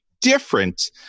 different